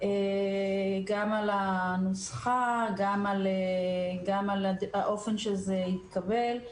גם על הנוסחה, גם על האופן שזה התקבל.